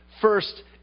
First